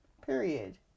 Period